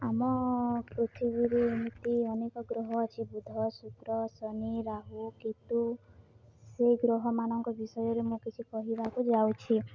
ଆମ ପୃଥିବୀ ଏମିତି ଅନେକ ଗ୍ରହ ଅଛି ବୁଦ୍ଧ ଶୁକ୍ର ଶନି ରାହୁ କେତୁ ସେଇ ଗ୍ରହମାନଙ୍କ ବିଷୟରେ ମୁଁ କିଛି କହିବାକୁ ଯାଉଛି